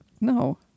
No